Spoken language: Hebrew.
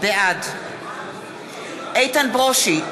בעד איתן ברושי,